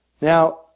Now